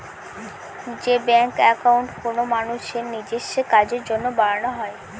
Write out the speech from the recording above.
যে bank account কোনো মানুষের নিজেস্ব কাজের জন্য বানানো হয়